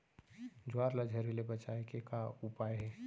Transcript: ज्वार ला झरे ले बचाए के का उपाय हे?